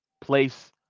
place